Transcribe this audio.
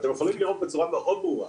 ואתם יכולים לראות בצורה מאוד ברורה,